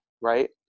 right